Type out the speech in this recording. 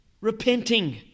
repenting